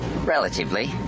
Relatively